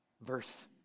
verse